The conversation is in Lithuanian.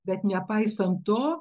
bet nepaisant to